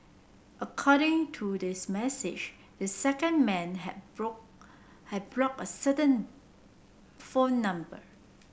according to this message this second man had had blocked a certain phone number